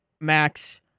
Max